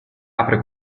apre